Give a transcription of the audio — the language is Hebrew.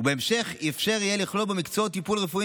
ובהמשך אפשר יהיה לכלול בו מקצועות טיפול רפואי